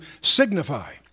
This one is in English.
signify